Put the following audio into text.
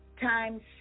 times